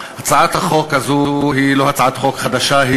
הצעת החוק הזאת היא לא הצעת חוק חדשה,